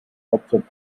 hauptstadt